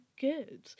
good